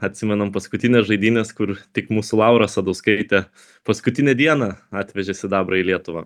atsimenam paskutines žaidynes kur tik mūsų laura asadauskaitė paskutinę dieną atvežė sidabrą į lietuvą